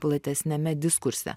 platesniame diskurse